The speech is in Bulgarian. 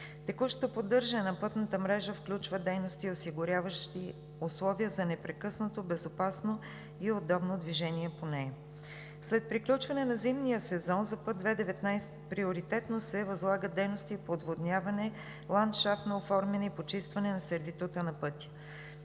Текущото поддържане на пътната мрежа включва дейности, осигуряващи условия за непрекъснато безопасно и удобно движение по нея. След приключване на зимния сезон за път II-19 приоритетно се възлагат дейности по отводняване, ландшафно оформяне и почистване на сервитута на пътя.